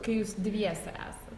kai jūs dviese esat